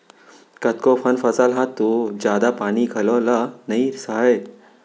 कतको कन फसल ह तो जादा पानी घलौ ल नइ सहय